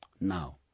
Now